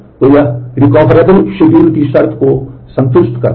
तो यह रिकोवेरबल की शर्त को संतुष्ट करता है